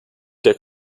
der